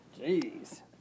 Jeez